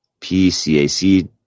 PCAC